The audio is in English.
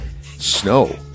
snow